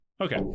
okay